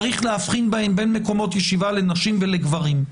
צריך להבחין בהם בין מקומות ישיבה לנשים ולגברים.